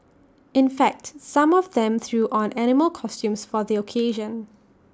in fact some of them threw on animal costumes for the occasion